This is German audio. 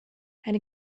eine